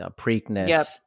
Preakness